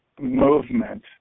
movement